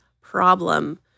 problem